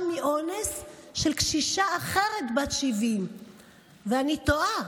באונס של קשישה אחרת בת 70. ואני תוהה,